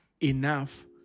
enough